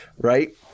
right